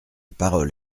parole